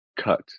cut